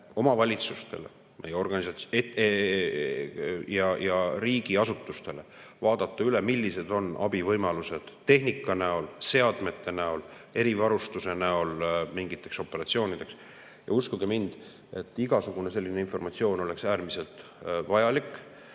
omavalitsustele ja riigiasutustele vaadata üle, millised on abivõimalused tehnika näol, seadmete näol, erivarustuse näol mingiteks operatsioonideks. Ja uskuge mind, igasugune selline informatsioon on äärmiselt vajalik.